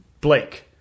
Blake